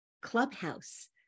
clubhouse